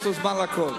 יש לו זמן לכול.